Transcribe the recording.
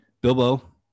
bilbo